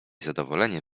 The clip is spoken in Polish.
zadowolenie